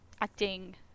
acting